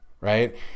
right